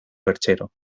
perchero